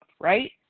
right